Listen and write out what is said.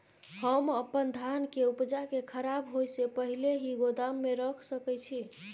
हम अपन धान के उपजा के खराब होय से पहिले ही गोदाम में रख सके छी?